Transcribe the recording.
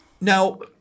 Now